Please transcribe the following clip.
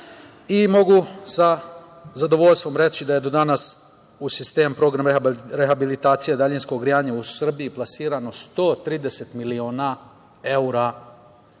Mogu sa zadovoljstvom reći da je do danas u sistem programa rehabilitacije daljinskog grejanja u Srbiji plasirano 130 miliona evra,